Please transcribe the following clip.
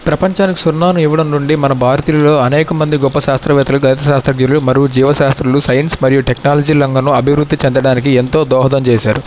ప్రపంచానికి సున్నాను ఇవ్వడం నుండి మన భారతీయుల్లో అనేక మంది గొప్ప శాస్త్రవేత్తలు గణిత శాస్త్రజ్ఞులు మరియు జీవశాస్త్రము సైన్స్ మరియు టెక్నాలజీ రంగంలో అభివృద్ధి చెందడానికి ఎంతో దోహదం చేసారు